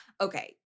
Okay